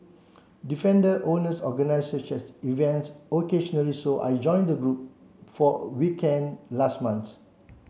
defender owners organise such events occasionally so I joined the group for a weekend last month